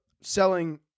selling